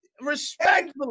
Respectfully